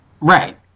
Right